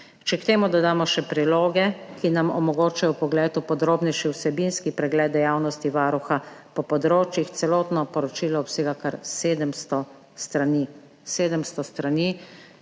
če k temu dodamo še priloge, ki nam omogočajo vpogled v podrobnejši vsebinski pregled dejavnosti Varuha po področjih. Celotno poročilo obsega kar 700 strani,